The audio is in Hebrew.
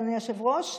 אדוני היושב-ראש,